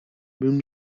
bym